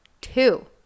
two